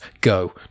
Go